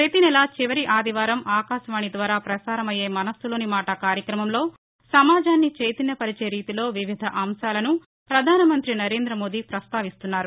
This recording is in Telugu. ప్రపతి నెల చివరి ఆదివారం ఆకాశవాణి ద్వారా ప్రసారమయ్యే మనస్సులోని మాట కార్యక్రమంలో సమాజాన్ని చైతన్య పరిచే రీతిలో వివిధ అంశాలను పధాన మంత్రి నరేంద్ర మోదీ పస్తావిస్తున్నారు